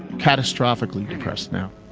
catastrophically depressed now.